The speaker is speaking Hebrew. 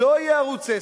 לא יהיה ערוץ-10.